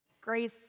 Grace